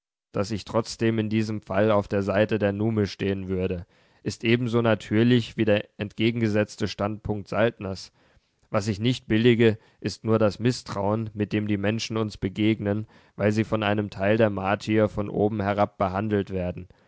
daß ich trotzdem in diesem fall auf der seite der nume stehen würde ist ebenso natürlich wie der entgegengesetzte standpunkt saltners was ich nicht billige ist nur das mißtrauen mit dem die menschen uns begegnen weil sie von einem teil der martier von oben herab behandelt werden